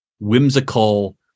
whimsical